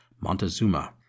Montezuma